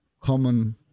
common